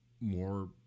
more